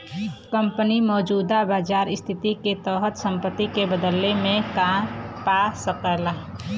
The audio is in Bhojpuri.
कंपनी मौजूदा बाजार स्थिति के तहत संपत्ति के बदले में का पा सकला